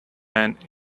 and